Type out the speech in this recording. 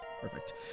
perfect